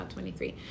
23